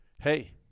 hey